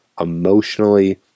emotionally